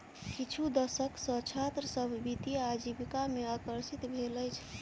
किछु दशक सॅ छात्र सभ वित्तीय आजीविका में आकर्षित भेल अछि